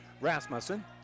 Rasmussen